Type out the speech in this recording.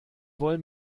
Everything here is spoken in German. wollen